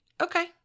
Okay